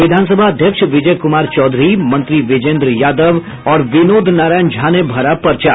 विधानसभा अध्यक्ष विजय कुमार चौधरी मंत्री विजेन्द्र यादव और विनोद नारायण झा ने भरा पर्चा